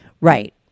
Right